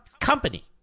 company